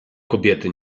kobiety